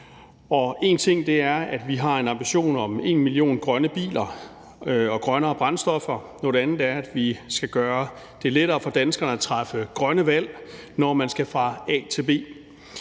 én ting er, at vi har en ambition om 1 million grønne biler og grønnere brændstoffer; noget andet er, at vi skal gøre det lettere for danskerne at træffe grønne valg, når de skal fra a til b.